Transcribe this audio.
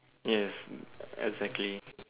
yes exactly